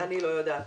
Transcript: אני לא יודעת.